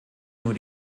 nur